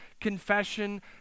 confession